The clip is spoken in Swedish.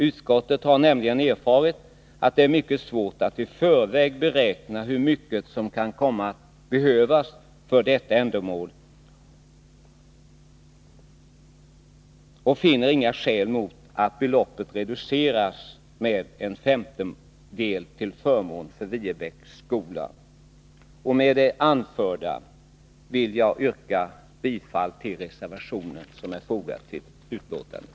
Utskottet har nämligen erfarit att det är mycket svårt att i förväg beräkna hur mycket som kan komma att behövas för detta ändamål och finner inga skäl mot att beloppet reduceras med en femtedel till förmån för Viebäcksskolan.” Med det anförda vill jag yrka bifall till reservationen, som är fogad till utskottsbetänkandet.